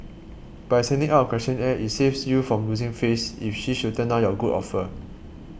by sending out a questionnaire it saves you from losing face if she should turn down your good offer